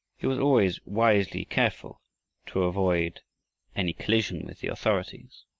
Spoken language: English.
he was always wisely careful to avoid any collision with the authorities.